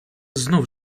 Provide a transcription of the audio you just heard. znów